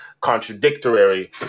contradictory